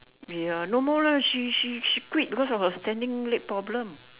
ya no more lah she she she quit because of her standing leg problem